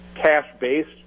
Cash-based